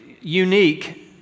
unique